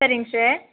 சரிங்க சார்